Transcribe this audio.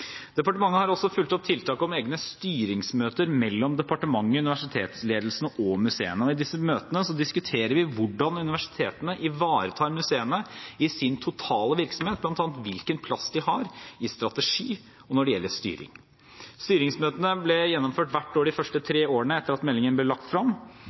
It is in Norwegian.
Departementet har også fulgt opp tiltak om egne styringsmøter mellom departementet, universitetsledelsene og museene, og i disse møtene diskuterer vi hvordan universitetene ivaretar museene i sin totale virksomhet, bl.a. hvilken plass de har i strategi og styring. Styringsmøtene ble gjennomført hvert år de første tre årene etter at meldingen ble lagt